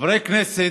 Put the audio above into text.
חברי הכנסת,